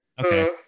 okay